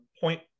point